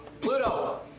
Pluto